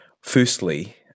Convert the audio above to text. Firstly